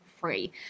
free